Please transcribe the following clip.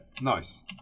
nice